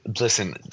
Listen